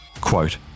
Quote